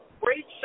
great